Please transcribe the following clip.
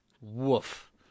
Woof